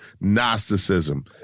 Gnosticism